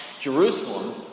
Jerusalem